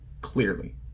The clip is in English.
clearly